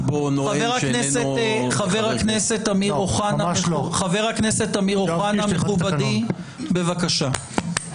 חבר הכנסת אמיר אוחנה, מכובדי, בבקשה.